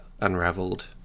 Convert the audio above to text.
unraveled